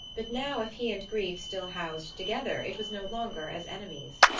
but now if he and grief still housed together it was no longer as enemies.